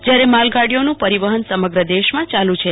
જયાર માલગાડીઓનું પરિવહન સમગ્ર દેશમાં ચાલ છે